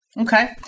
Okay